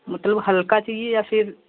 मतलब हल्का चाहिए या फिर